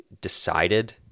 decided